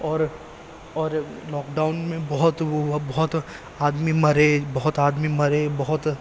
اور اور lockdown میں بہت وہ ہوا بہت آدمی مرے بہت آدمی مرے بہت